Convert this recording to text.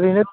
ओरैनो